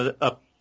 up